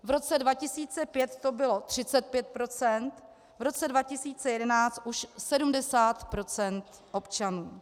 V roce 2005 to bylo 35 %, v roce 2011 už 70 % občanů.